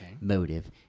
Motive